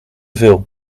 veel